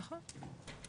נכון.